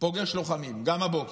פוגש לוחמים, גם הבוקר.